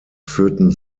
führten